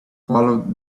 followed